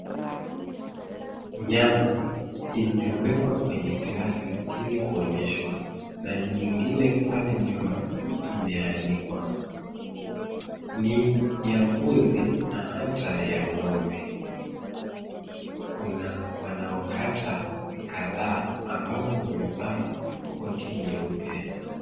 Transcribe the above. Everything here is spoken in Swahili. Nyama imewekwa kwenye glasi ili kuonyeshwa na nyingine pale nyuma imeanikwa. Ni ya mbuzi na hata ya ng'ombe. Kuna wanaokata kadhaa ambao wamevaa koti nyeupe.